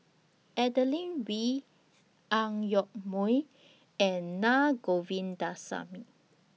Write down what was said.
Adeline Bee Ang Yoke Mooi and Naa Govindasamy